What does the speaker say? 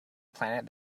planet